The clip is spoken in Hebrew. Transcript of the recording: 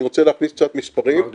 אני רוצה להכניס קצת מספרים -- מר דישון,